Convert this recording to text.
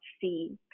see